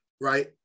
right